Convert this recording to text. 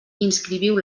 inscriviu